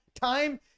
Time